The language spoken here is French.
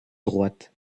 droite